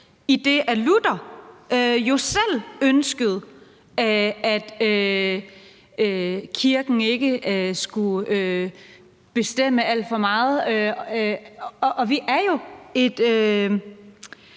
idet Luther jo selv ønskede, at kirken ikke skulle bestemme alt for meget. Og vi er jo et